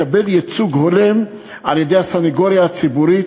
לקבל ייצוג הולם על-ידי הסנגוריה הציבורית,